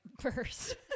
first